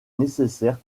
nécessaire